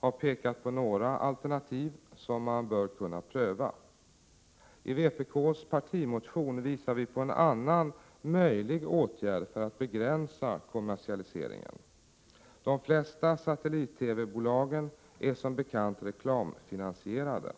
har pekat på några alternativ som man bör kunna pröva. I vpk:s partimotion visar vi på en annan möjlig åtgärd för att begränsa kommersialiseringen. De flesta satellit-TV-bolagen är som bekant reklamfinansierade.